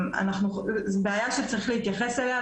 זו בעיה שצריכים להתייחס אליה,